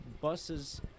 buses